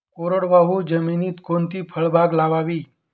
कोरडवाहू जमिनीत कोणती फळबाग लावावी?